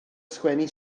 sgwennu